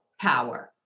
power